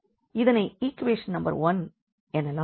இதனை equation number 1 எனலாம்